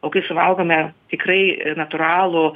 o kai suvalgome tikrai natūralų